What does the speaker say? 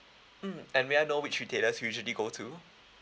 mm and may I know which retailers you usually go to